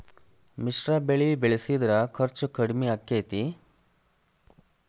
ಮಿಶ್ರ ಬೆಳಿ ಬೆಳಿಸಿದ್ರ ಖರ್ಚು ಕಡಮಿ ಆಕ್ಕೆತಿ?